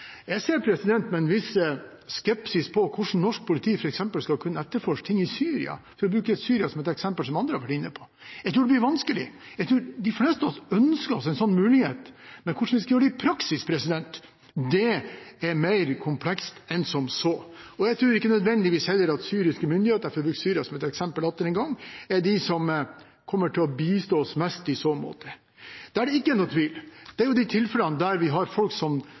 Jeg ser med en viss skepsis på hvordan norsk politi f.eks. skal kunne etterforske ting i Syria – for å bruke Syria som et eksempel, og som andre har vært inne på. Jeg tror det blir vanskelig. Jeg tror de fleste av oss ønsker seg en sånn mulighet, men hvordan man skal gjøre det i praksis, er mer komplekst enn som så. Jeg tror heller ikke nødvendigvis at syriske myndigheter – for å bruke Syria som et eksempel atter en gang – er de som kommer til å bistå oss mest i så måte. Der er det ikke noen tvil. I de tilfellene der vi har folk som